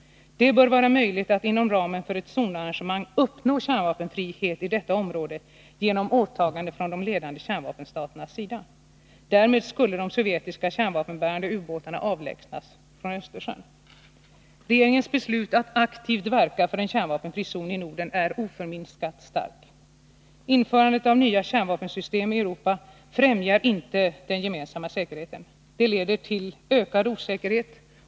Det bör vara möjligt att inom ramen för ett zonarrangemang uppnå kärnvapenfrihet i detta område genom åtagande från de ledande kärnvapenstaternas sida. Därmed skulle de sovjetiska kärnvapenbärande ubåtarna avlägsnas från Östersjön. Regeringens beslutsamhet att aktivt verka för en kärnvapenfri zon i Norden är oförminskat stark. Införandet av nya kärnvapensystem i Europa främjar inte den gemensamma säkerheten. Det leder till ökad osäkerhet.